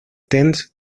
tends